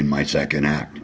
in my second act